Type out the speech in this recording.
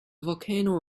volcano